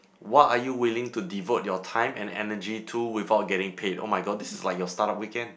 what are you willing to devote your time and energy to without getting pain oh-my-god this is like your start up weekend